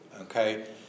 okay